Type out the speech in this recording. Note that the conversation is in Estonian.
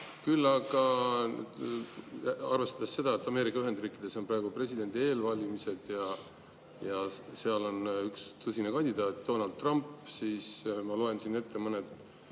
Küll aga arvestades seda, et Ameerika Ühendriikides on praegu presidendi eelvalimised ja seal on üks tõsine kandidaat Donald Trump, ma loen ette mõned